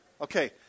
Okay